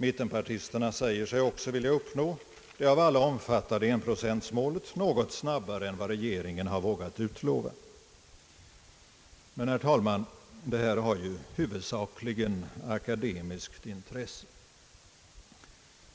Mittenpartisterna säger sig också vilja uppnå det av alla omfattade enprocentmålet något snabbare än vad regeringen har vågat utlova. Men, herr talman, allt detta har huvudsakligen akademiskt intresse.